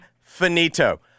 finito